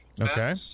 Okay